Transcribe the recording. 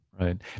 Right